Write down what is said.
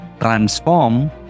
transform